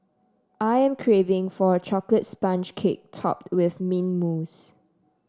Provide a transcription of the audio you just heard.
I am craving for a chocolate sponge cake topped with mint mousse